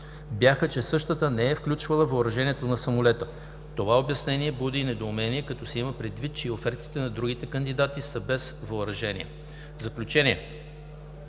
бяха, че същата не е включвала въоръжението на самолета. Това обяснение буди недоумение като се има предвид, че и офертите на другите кандидати са без въоръжение. Заключение